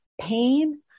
Pain